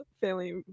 family